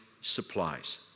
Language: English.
supplies